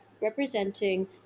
representing